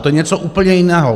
To je něco úplně jiného.